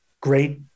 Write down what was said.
great